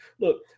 Look